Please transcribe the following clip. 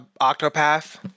Octopath